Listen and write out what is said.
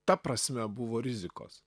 ta prasme buvo rizikos